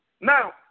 Now